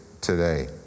today